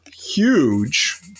huge